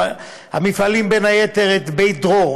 המפעילים בין היתר את "בית דרור",